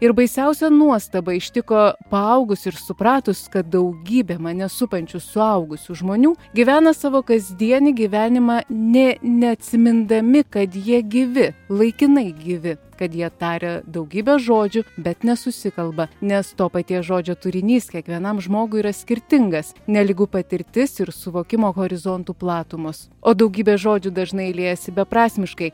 ir baisiausia nuostaba ištiko paaugus ir supratus kad daugybė mane supančių suaugusių žmonių gyvena savo kasdienį gyvenimą nė neatsimindami kad jie gyvi laikinai gyvi kad jie taria daugybę žodžių bet nesusikalba nes to paties žodžio turinys kiekvienam žmogui yra skirtingas nelygu patirtis ir suvokimo horizontų platumos o daugybė žodžių dažnai liejasi beprasmiškai